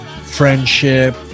friendship